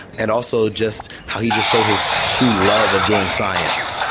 and also just how he just showed his true love of doing science,